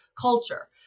culture